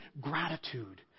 gratitude